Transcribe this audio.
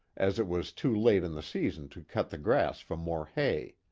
as it was too late in the season to cut the grass for more hay.